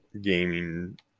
Gaming